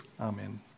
Amen